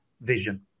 vision